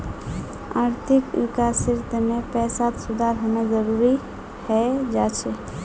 आर्थिक विकासेर तने पैसात सुधार होना जरुरी हय जा छे